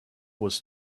was